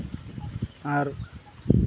ᱟᱨ